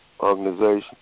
Organization